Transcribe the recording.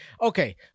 okay